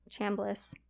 Chambliss